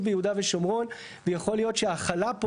ביהודה ושומרון ויכול להיות שהחלה פה,